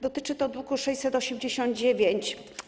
Dotyczy to druku nr 689.